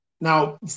Now